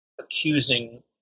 accusing